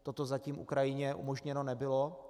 Toto zatím Ukrajině umožněno nebylo.